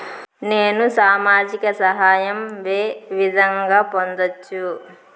నేను సామాజిక సహాయం వే విధంగా పొందొచ్చు?